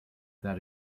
that